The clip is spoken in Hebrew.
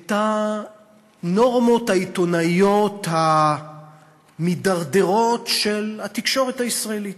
את הנורמות העיתונאיות המידרדרות של התקשורת הישראלית.